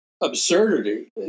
absurdity